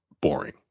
boring